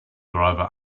driver